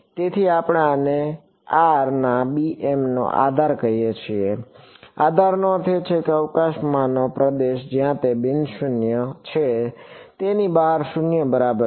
તેથી આને આપણે r ના bm નો આધાર કહીએ છીએ આધારનો અર્થ છે અવકાશમાંનો પ્રદેશ જ્યાં તે બિન શૂન્ય છે તેની બહાર 0 બરાબર છે